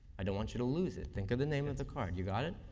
i don't want you to lose it. think of the name of the card. you got it?